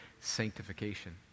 sanctification